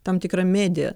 tam tikra medija